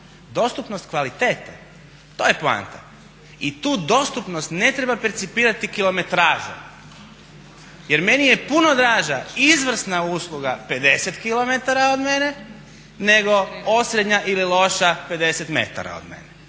dostupnost kvalitete, to je poanta. I tu dostupnost ne treba percipirati kilometražom jer meni je puno draža izvrsna usluga 50km od mene nego osrednja ili loša 50 metara od mene.